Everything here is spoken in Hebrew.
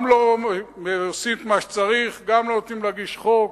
גם לא עושים מה שצריך, גם לא נותנים להגיש חוק,